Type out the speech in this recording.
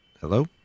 Hello